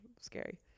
scary